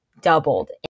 doubled